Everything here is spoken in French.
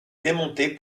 démonté